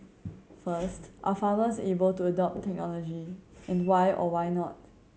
first are farmers able to adopt technology and why or why not